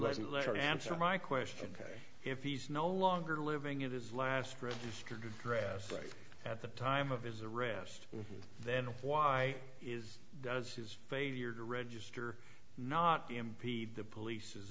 wasn't letter answer my question k if he's no longer living in his last registered address right at the time of his arrest then why is does his failure to register not impede the police's